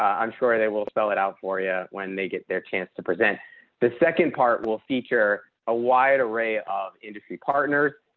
um i'm sure they will spell it out for you yeah when they get their chance to present the second part will feature a wide array of industry partners.